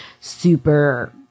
super